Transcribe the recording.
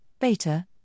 Beta